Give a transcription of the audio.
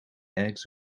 eggs